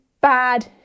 bad